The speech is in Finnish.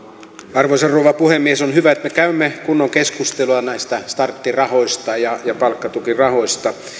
arvoisa rouva puhemies on hyvä että me käymme kunnon keskustelua näistä starttirahoista ja palkkatukirahoista